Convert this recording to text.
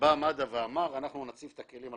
בא מד"א ואמר: אנחנו נציב את כל הכלים ומה